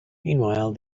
meanwhile